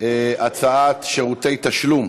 הצעת חוק שירותי תשלום,